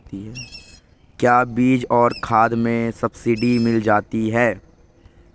क्या बीज और खाद में सब्सिडी मिल जाती है?